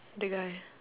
the guy